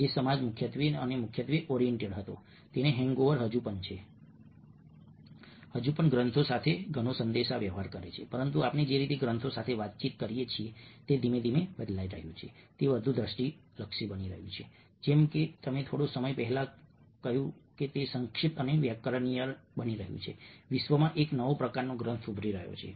જે સમાજ મુખ્યત્વે મુખ્યત્વે ટેક્સ્ટ ઓરિએન્ટેડ હતો તેનો હેંગઓવર હજુ પણ છે હજુ પણ ગ્રંથો સાથે ઘણો સંદેશાવ્યવહાર કરે છે પરંતુ આપણે જે રીતે ગ્રંથો સાથે વાતચીત કરીએ છીએ તે ધીમે ધીમે બદલાઈ રહ્યું છે તે વધુ દૃષ્ટિ લક્ષી બની રહ્યું છે જેમ મેં તમને થોડા સમય પહેલા કહ્યું હતું તે સંક્ષિપ્ત અને વ્યાકરણીય બની રહ્યું છે વિશ્વમાં એક નવો પ્રકારનો ગ્રંથ ઉભરી રહ્યો છે